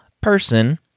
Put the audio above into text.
person